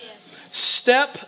Step